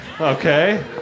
okay